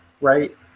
right